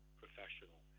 professional